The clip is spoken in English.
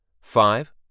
five